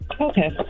Okay